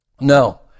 No